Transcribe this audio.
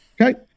okay